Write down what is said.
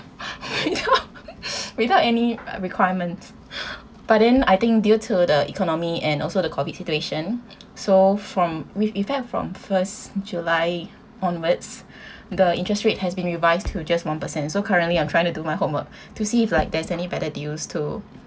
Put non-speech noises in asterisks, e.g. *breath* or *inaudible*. without *laughs* any requirement *breath* but then I think due to the economy and also the COVID situation so from with effect from first july onwards *breath* the interest rate has been revised to just one percent so currently I'm trying to do my homework to see if like there's any better deals too